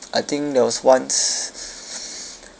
I think there was once